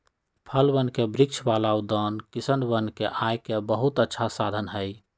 फलवन के वृक्ष वाला उद्यान किसनवन के आय के बहुत अच्छा साधन हई